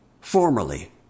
Formerly